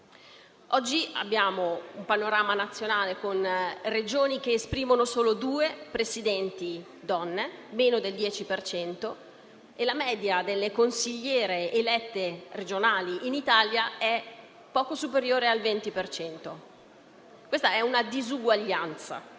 Per quanto riguarda i sistemi di elezione proporzionali, con l'espressione delle preferenze, come nel caso della Puglia, si stabiliscono tre cose chiare, neanche particolarmente complicate: che le liste devono essere composte, almeno per il 40 per cento, dal genere meno rappresentato (non si capisce come mai non sia prevista